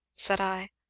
said i.